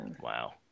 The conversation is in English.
Wow